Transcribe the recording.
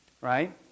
Right